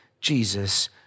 Jesus